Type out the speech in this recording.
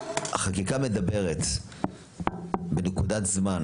החקיקה מדברת בנקודת זמן,